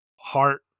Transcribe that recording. heart